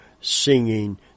singing